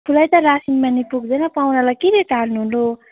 आफूलाई त रासन पानी पुग्दैन पाहुनालाई के ले टार्नु लु